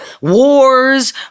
wars